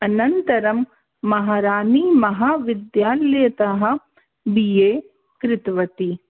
अनन्तरं महारानीमहाविद्यालयतः B A कृतवती